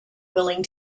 willing